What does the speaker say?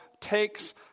takes